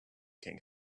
king